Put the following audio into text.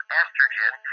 estrogen